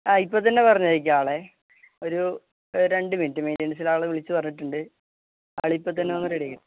ആ ഇപ്പോള്ത്തന്നെ പറഞ്ഞയയ്ക്കാം ആളെ ഒരു രണ്ട് മിനിറ്റ് മെയിന്റനന്സിലെ ആളെ വിളിച്ചു പറഞ്ഞിട്ടുണ്ട് ആളിപ്പോള്ത്തന്നെ വന്ന് റെഡിയാക്കും